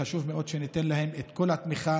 חשוב מאוד שניתן להם את כל התמיכה,